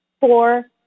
Four